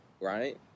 right